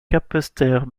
capesterre